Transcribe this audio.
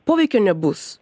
poveikio nebus